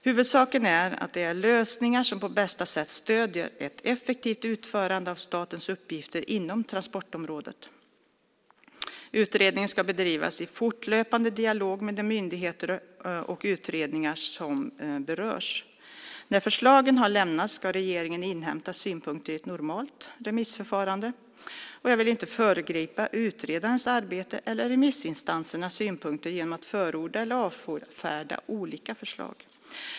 Huvudsaken är att det är lösningar som på bästa sätt stöder ett effektivt utförande av statens uppgifter inom transportområdet. Utredningen ska bedrivas i fortlöpande dialog med de myndigheter och utredningar som berörs. När förslagen har lämnats ska regeringen inhämta synpunkter i ett normalt remissförfarande. Jag vill inte föregripa utredarens arbete eller remissinstansernas synpunkter genom att förorda eller avfärda olika förslag.